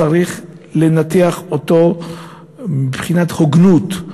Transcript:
צריך לנתח אותו מבחינת הוגנות,